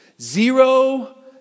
Zero